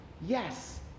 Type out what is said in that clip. Yes